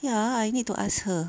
ya I need to ask her